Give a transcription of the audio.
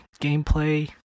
gameplay